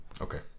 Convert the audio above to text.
okay